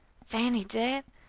fannie, dead!